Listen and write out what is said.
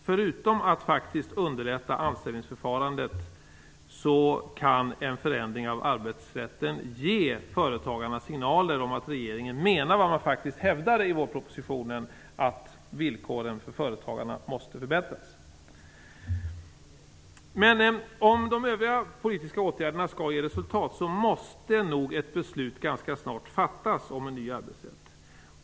Förutom att man underlättar anställningsförfarandet kan en förändring av arbetsrätten ge företagarna signaler om att regeringen menar det som man faktiskt hävdade i vårpropositionen, nämligen att villkoren för företagarna måste förbättras. Om de övriga politiska åtgärderna skall ge resultat måste man nog fatta ett beslut ganska snart om en ny arbetsrätt.